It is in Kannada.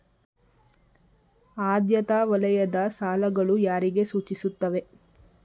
ಆದ್ಯತಾ ವಲಯದ ಸಾಲಗಳು ಯಾರಿಗೆ ಸೂಚಿಸುತ್ತವೆ?